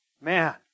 Man